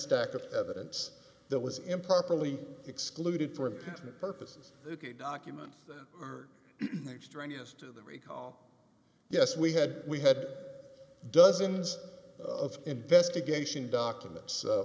stack of evidence that was improperly excluded for patent purposes documents extraneous to the recall yes we had we had dozens of investigation documents